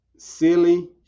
silly